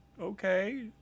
okay